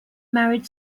married